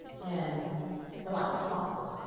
and so i plotted.